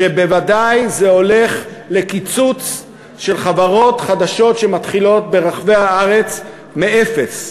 שזה בוודאי הולך לקיצוץ של חברות חדשות שמתחילות ברחבי הארץ מאפס.